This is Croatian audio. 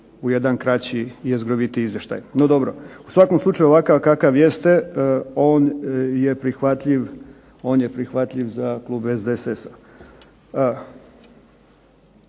u jedan kraći jezgrovitiji izvještaj. No, dobro. U svakom slučaju ovakav kakav jeste on je prihvatljiv za klub SDSS-a.